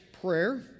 prayer